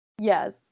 yes